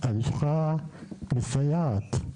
הלשכה מסייעת,